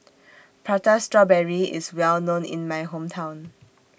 Prata Strawberry IS Well known in My Hometown